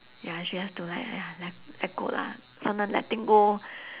ya she have to like !aiya! let let go lah sometimes letting go